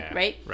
right